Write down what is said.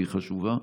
והיא חשובה.